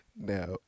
Now